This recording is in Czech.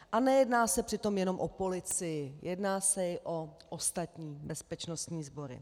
A nejedná se přitom jenom o policii, jedná se i o ostatní bezpečnostní sbory.